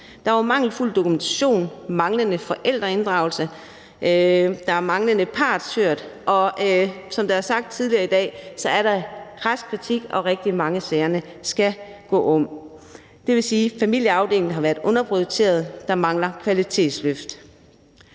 der tale om mangelfuld dokumentation, manglende forældreinddragelse og manglende partshøring; og som det blev sagt tidligere i dag, er der kras kritik, og rigtig mange af sagerne skal gå om. Det vil sige, at familieafdelingen har været underprioriteret – der mangler et kvalitetsløft.